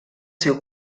seu